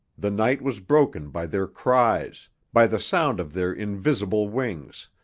the night was broken by their cries, by the sound of their invisible wings,